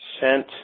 sent